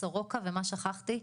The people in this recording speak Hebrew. סורוקה ומה שכחתי?